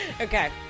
okay